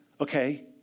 okay